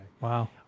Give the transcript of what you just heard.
Wow